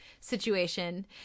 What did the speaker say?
situation